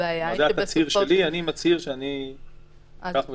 זה התצהיר שלי, אני מצהיר שאני כך וכך.